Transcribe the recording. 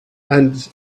and